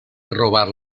robar